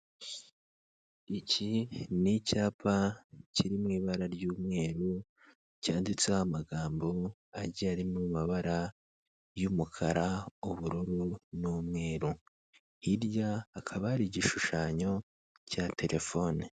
Iki ni icyapa kiri mu ibara ry'umweru cyanditseho amagambo agiye ari mu mabara y'umukara, ubururu n'umweru, hirya hakaba hari igishushanyo cya terefone.